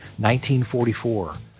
1944